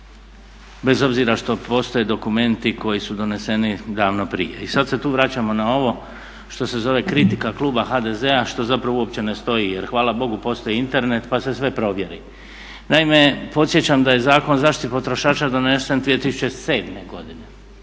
bez obzira što postoje dokumenti koji su doneseni davno prije. I sad se tu vraćamo na ono što se zove kritika kluba HDZ-a što zapravo uopće ne stoji jer hvala Bogu postoji Internet pa se sve provjeri. Naime, podsjećam da je Zakon o zaštiti potrošača donesen 2007. godine,